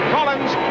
Collins